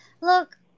Look